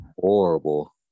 horrible